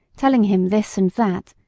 telling him this and that,